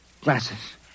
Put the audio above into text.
glasses